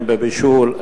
הן לבישול,